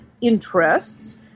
interests